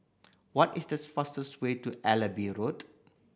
what is these fastest way to Allenby Road